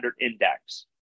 Index